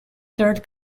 third